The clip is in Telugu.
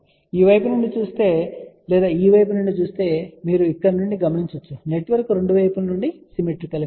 మీరు ఈ వైపు నుండి చూస్తే లేదా ఈ వైపు నుండి చూస్తే మీరు ఇక్కడ నుండి గమనించవచ్చు నెట్వర్క్ రెండు వైపుల నుండి సిమెట్రికల్ గా ఉంటుంది